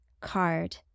card